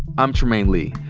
i'm trymaine lee.